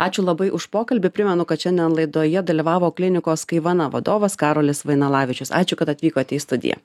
ačiū labai už pokalbį primenu kad šiandien laidoje dalyvavo klinikos kaivana vadovas karolis vainalavičius ačiū kad atvykote į studiją